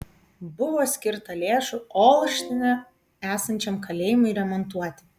buvo skirta lėšų olštine esančiam kalėjimui remontuoti